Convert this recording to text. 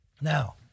Now